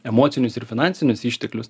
emocinius ir finansinius išteklius